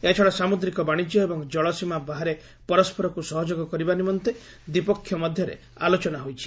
ଏହାଛଡ଼ା ସାମୁଦ୍ରିକ ବାଣିଜ୍ୟ ଏବଂ ଜଳସୀମା ବାହାରେ ପରସ୍କରକୁ ସହଯୋଗ କରିବା ନିମନ୍ତେ ଦ୍ୱିପକ୍ଷ ମଧ୍ୟରେ ଆଲୋଚନା ହୋଇଛି